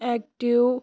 active